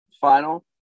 final